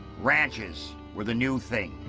ranches were the new thing.